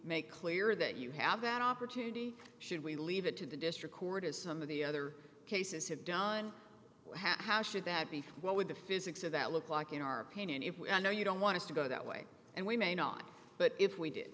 make clear that you have that opportunity should we leave it to the district court as some of the other cases have don hat how should that be for what would the physics of that look like in our pain and if we i know you don't want to go that way and we may not but if we did